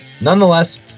nonetheless